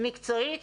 מקצועית,